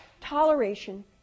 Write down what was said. toleration